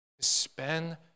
spend